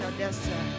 Odessa